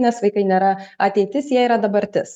nes vaikai nėra ateitis jei yra dabartis